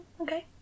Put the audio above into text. Okay